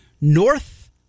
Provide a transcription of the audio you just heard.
North